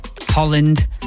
Holland